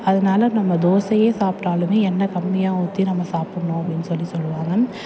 அதனால நம்ம தோசையே சாப்பிட்டாலுமே எண்ணெய் கம்மியாக ஊற்றி நம்ம சாப்பிட்ணும் அப்படினு சொல்லி சொல்வாங்க